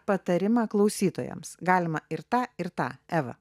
patarimą klausytojams galima ir tą ir tą eva